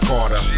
Carter